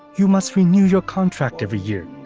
you must renew your contract every year.